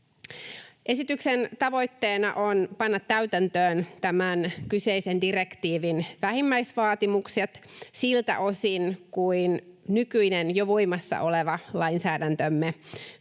Esityksen tavoitteena on panna täytäntöön tämän kyseisen direktiivin vähimmäisvaatimukset siltä osin kuin nykyinen, jo voimassa oleva kansallinen